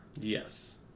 Yes